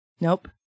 Nope